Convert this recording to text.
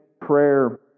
prayer